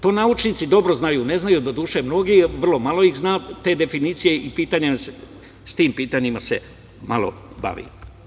To naučnici dobro znaju, ne znaju doduše mnogi, vrlo malo ih zna te definicije i sa tim pitanjima se malo bavim.